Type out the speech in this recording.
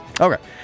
Okay